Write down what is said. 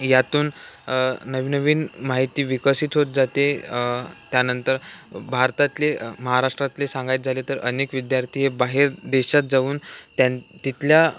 यातून नवीनवीन माहिती विकसित होत जाते त्यानंतर भारतातले महाराष्ट्रातले सांगायचे झाले तर अनेक विद्यार्थी हे बाहेर देशात जाऊन त्यां तिथल्या